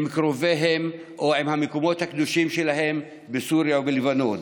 קרוביהם או עם המקומות הקדושים להם בסוריה ובלבנון,